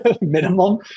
minimum